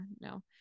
No